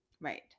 Right